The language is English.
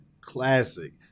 Classic